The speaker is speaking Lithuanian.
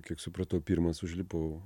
kiek supratau pirmas užlipau